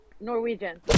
Norwegian